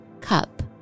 cup